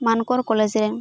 ᱢᱟᱱᱠᱚᱲ college ᱨᱮ